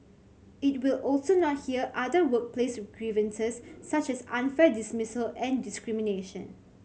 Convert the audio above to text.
it will also not hear other workplace grievances such as unfair dismissal and discrimination